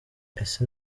ese